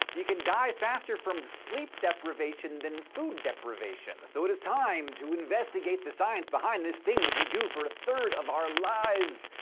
you can die faster from sleep deprivation than food deprivation. so it is time to investigate the science behind this thing that we do for a third of our lives.